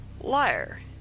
Liar